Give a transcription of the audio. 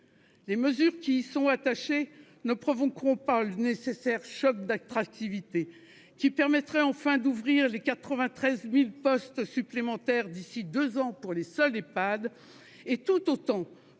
Les mesures qui y sont attachées ne provoqueront pas le nécessaire choc d'attractivité, qui permettrait d'ouvrir enfin les 93 000 postes supplémentaires d'ici à deux ans pour les seuls Ehpad et autant pour